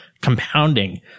compounding